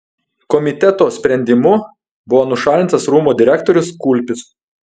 komiteto sprendimu buvo nušalintas rūmų direktorius kulpis